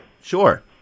Sure